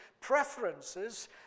preferences